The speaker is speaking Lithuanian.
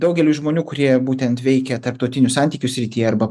daugeliui žmonių kurie būtent veikia tarptautinių santykių srityje arba